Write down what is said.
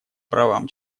правам